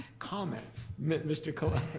comments? mr. colon?